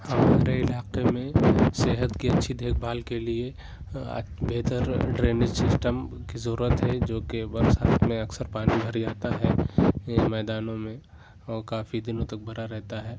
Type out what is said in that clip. ہمارے علاقے میں صحت کی اچھی دیکھ بھال کے لیے بہتر ڈریننگ سسٹم کی ضرورت ہے جو کہ برسات میں اکثر پانی بھر جاتا ہے میدانوں میں اور کافی دِنوں تک بھرا رہتا ہے